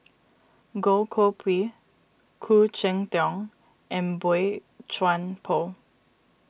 Goh Koh Pui Khoo Cheng Tiong and Boey Chuan Poh